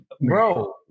bro